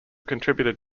contributed